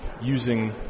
using